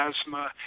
asthma